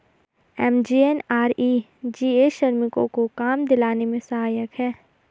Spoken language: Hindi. एम.जी.एन.आर.ई.जी.ए श्रमिकों को काम दिलाने में सहायक है